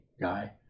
guy